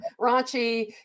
raunchy